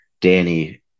Danny